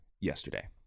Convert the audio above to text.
yesterday